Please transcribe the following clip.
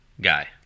guy